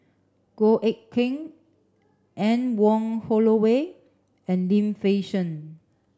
Goh Eck Kheng Anne Wong Holloway and Lim Fei Shen